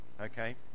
okay